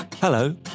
Hello